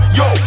yo